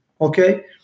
okay